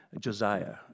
Josiah